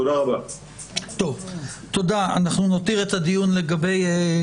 אבטחה על מאגרי המידע.